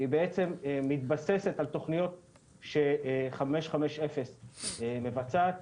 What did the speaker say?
בעצם מתבססת על תוכניות ש-550 מבצעת,